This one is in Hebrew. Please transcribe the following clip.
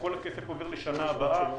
כל הכסף עובר לשנה הבאה,